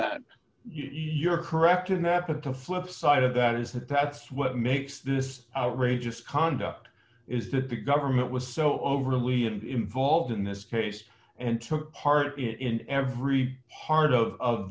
that you're correct in that but the flipside of that is that that's what makes this outrageous conduct is that the government was so overtly and involved in this case and took part in every part of